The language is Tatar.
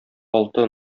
алты